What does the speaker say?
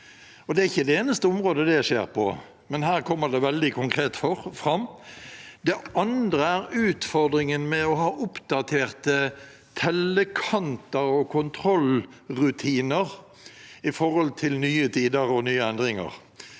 Dette er ikke det eneste området det skjer på, men her kommer det veldig konkret fram. Det andre er utfordringen med å ha oppdaterte tellekanter og kontrollrutiner i nye tider og med nye endringer.